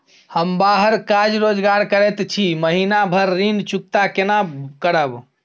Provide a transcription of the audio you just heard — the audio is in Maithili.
हम बाहर काज रोजगार करैत छी, महीना भर ऋण चुकता केना करब?